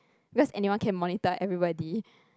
because anyone can monitor everybody